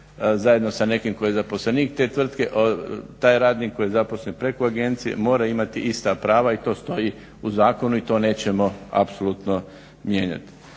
zajedno sa nekim koji je zaposlenik te tvrtke, taj radnik koji je zaposlen preko agencije mora imati ista prava i to stoji u Zakonu i to nećemo apsolutno mijenjati.